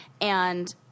And-